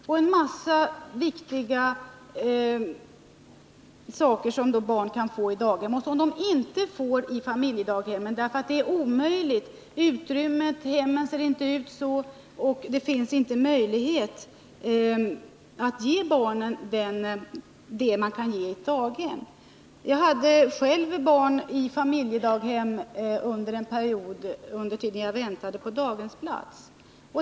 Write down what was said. Det är en massa viktiga saker som barnen kan få på daghem men som de inte får i familjedaghem — det finns på grund av utrymmet, på grund av hemmets utformning inte möjlighet att ge barnen det som man kan ge dem i ett daghem. Jag hade själv barn i familjedaghem under en period då jag väntade på daghemsplats.